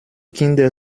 kinder